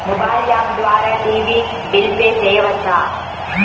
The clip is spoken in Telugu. మొబైల్ యాప్ ద్వారా టీవీ బిల్ పే చేయవచ్చా?